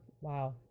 Wow